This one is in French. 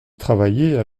travailler